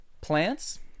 plants